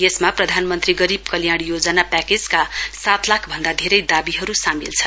यसमा प्रधानमन्त्री गरीब कल्याण योजना प्याकेजका सात लाख भन्दा धेरै दावीहरु सामेल छन्